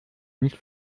nicht